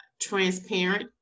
Transparent